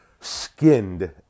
skinned